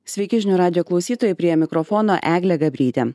sveiki žinių radijo klausytojai prie mikrofono eglė gabrytė